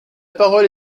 parole